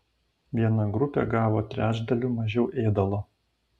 viena grupė gavo trečdaliu mažiau ėdalo